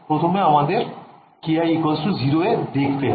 প্রথমে আমাদের Ki 0 এ দেখতে হবে